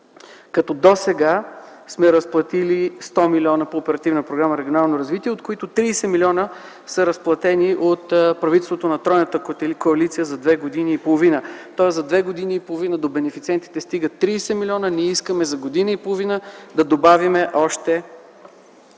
програма „Регионално развитие”, от които 30 милиона са разплатени от правителството на тройната коалиция за две години и половина. Тоест за две години и половина до бенефициентите стигат 30 милиона. Ние искаме за година и половина да добавим още